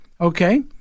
okay